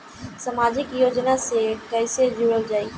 समाजिक योजना से कैसे जुड़ल जाइ?